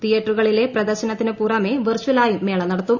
തിയേറ്ററുകളിലെ പ്രദർശനത്തിന് പുറമെ വെർചലായും മേള നടത്തും